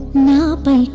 nearby